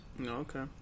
Okay